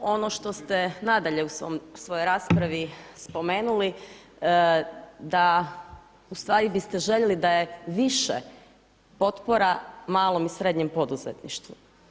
Ono što ste nadalje u svojoj raspravi spomenuli da ustvari biste željeli da je više potpora malom i srednjem poduzetništvu.